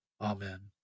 Amen